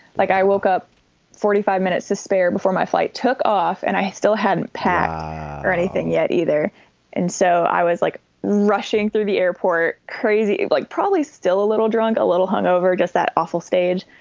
like i woke up forty five minutes to spare before my flight took off, and i still hadn't packed or anything yet either and so i was like rushing through the airport. crazy. like, probably still a little drunk, a little hung over. just that awful stage.